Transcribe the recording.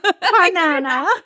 banana